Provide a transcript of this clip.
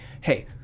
Hey